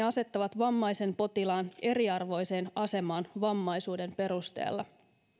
asettaa vammaisen potilaan eriarvoiseen asemaan vammaisuuden perusteella